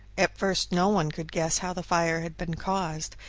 at first no one could guess how the fire had been caused,